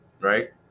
right